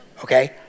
Okay